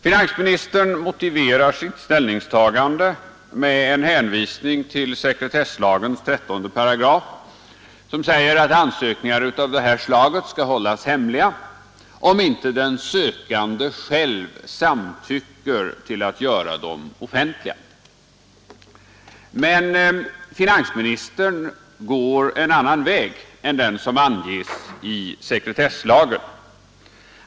Finansministern motiverar sitt ställningstagande med en hänvisning till sekretesslagens 17 § som säger, att ansökningar av detta slag skall hållas hemliga, om icke den sökande samtyckt till att göra dem offentliga. Men finansministern går en annan väg än den som anges i sekretesslagen.